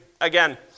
Again